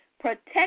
protect